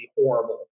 horrible